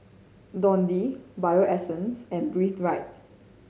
Dundee Bio Essence and Breathe Right